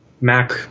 Mac